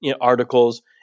articles